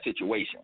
situation